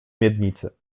miednicy